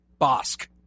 Bosk